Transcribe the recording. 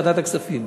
ועדת הכספים.